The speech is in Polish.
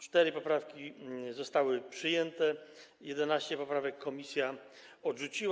4 poprawki zostały przyjęte, 11 poprawek komisja odrzuciła.